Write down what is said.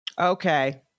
Okay